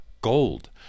gold